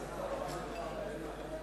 חבר הכנסת דב חנין שאל את שר הביטחון